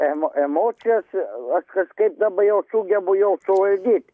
emocijas aš kažkaip dabar jau sugebu kažkaip suvaldyt